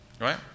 right